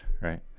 right